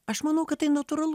aš manau kad tai natūralu